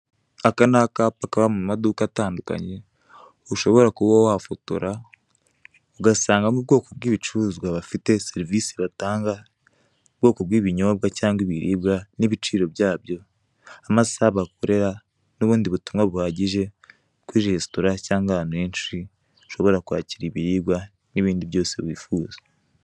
Aka ni akapa kaba mu maduka atandukanye ushobora kuba wafotora ugasangaho ubwoko bw'ibicuruzwa bafite serivise batanga, ubwoko bw'ibinyobwa cyangwa ibiribwa n'ibiciro byabyo, amasaha bakorera n'ubundi butumwa buhagije, kuri resitora cyangwa ahantu henshi bashobora kwakira ibiribwa n'ibindi byose wifuza.